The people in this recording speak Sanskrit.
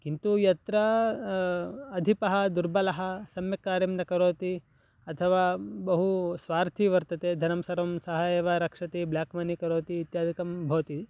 किन्तु यत्र अधिपः दुर्बलः सम्यक् कार्यं न करोति अथवा बहु स्वार्थी वर्तते धनं सर्वं सः एव रक्षति ब्लाक् मनि करोति इत्यादिकं भवति